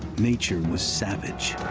nature was savage.